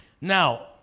Now